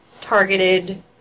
targeted